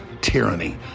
tyranny